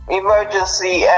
emergency